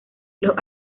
los